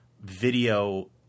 video –